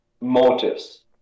motives